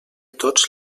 tots